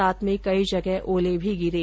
साथ में कई जगह ओले भी गिरे